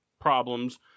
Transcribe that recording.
problems